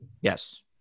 Yes